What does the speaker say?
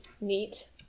Neat